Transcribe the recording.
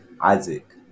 Isaac